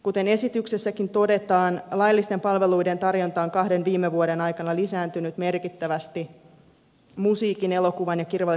kuten esityksessäkin todetaan laillisten palveluiden tarjonta on kahden viime vuoden aikana lisääntynyt merkittävästi musiikin elokuvan ja kirjallisuuden alueella